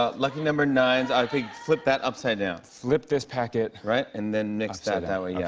ah lucky number nine. i think flip that upside down. flip this packet. right. and then mix that that way. yeah